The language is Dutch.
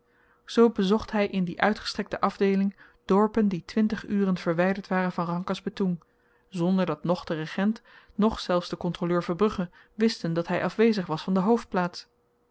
zoo bezocht hy in die uitgestrekte afdeeling dorpen die twintig uren verwyderd waren van rangkas betoeng zonder dat noch de regent noch zelfs de kontroleur verbrugge wisten dat hy afwezig was van de hoofdplaats